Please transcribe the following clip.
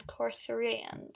Corsarians